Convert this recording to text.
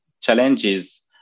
challenges